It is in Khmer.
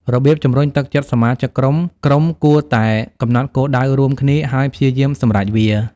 របៀបជំរុញទឹកចិត្តសមាជិកក្រុមក្រុមគួរតែកំណត់គោលដៅរួមគ្នា ហើយព្យាយាមសម្រេចវា។